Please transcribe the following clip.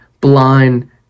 blind